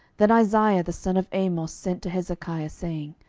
then isaiah the son of amoz sent to hezekiah, saying,